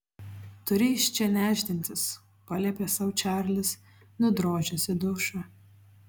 turi iš čia nešdintis paliepė sau čarlis nudrožęs į dušą